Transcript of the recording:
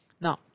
Now